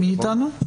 נכון?